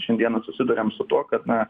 šiandieną susiduriam su tuo kad na